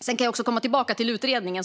Sedan kan jag också återkomma till utredningen.